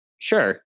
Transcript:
Sure